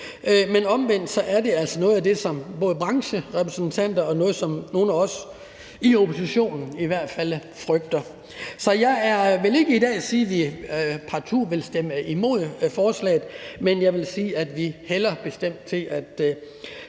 men omvendt er det altså noget af det, som både brancherepræsentanter og nogle af os i oppositionen i hvert fald frygter. Så jeg vil ikke i dag sige, at vi partout vil stemme imod forslaget, men jeg vil sige, at vi bestemt hælder til at